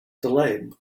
delayed